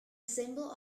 symbol